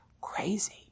Crazy